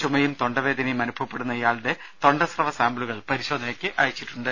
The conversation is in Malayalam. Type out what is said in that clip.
ചുമയും തൊണ്ടവേദനയും അനുഭവപ്പെടുന്ന ഇയാളുടെ തൊണ്ടസ്രവ സാമ്പിളുകൾ പരിശോധനയ്ക്ക് അയച്ചിട്ടുണ്ട്